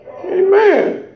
Amen